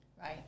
Right